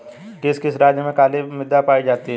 किस किस राज्य में काली मृदा पाई जाती है?